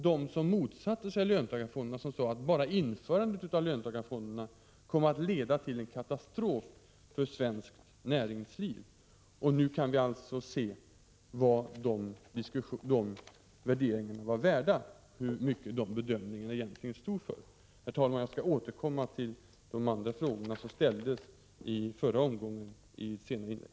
De som motsatte sig löntagarfonderna sade att bara införandet av löntagarfonderna skulle leda till en katastrof för svenskt näringsliv. Nu kan vi alltså se vad dessa värderingar var värda och vad de bedömningarna egentligen stod för. Herr talman! Jag skall återkomma i senare inlägg till de andra frågor som här ställdes.